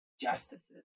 justices